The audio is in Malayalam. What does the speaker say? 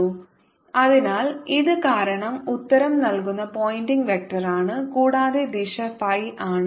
When rR S 2Rsinθ30 അതിനാൽ ഇത് കാരണം ഉത്തരം നൽകുന്ന പോയിന്റിംഗ് വെക്റ്റർ ആണ് കൂടാതെ ദിശ phi ആണ്